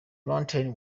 mountains